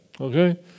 Okay